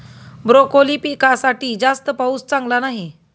broccoli पिकासाठी जास्त पाऊस चांगला नाही